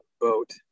boat